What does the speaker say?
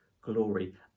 glory